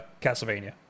Castlevania